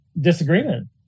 disagreement